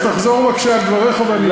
אז תחזור בבקשה על דבריך ואני אתייחס.